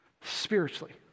spiritually